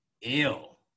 ill